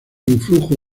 influjo